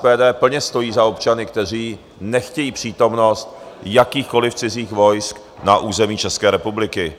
SPD plně stojí za občany, kteří nechtějí přítomnost jakýchkoliv cizích vojsk na území České republiky.